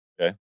Okay